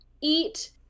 eat